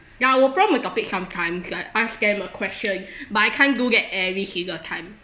ya I will prompt a topic sometimes like ask them a question but I can't do that every single time